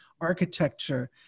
architecture